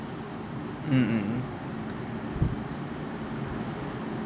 mm mm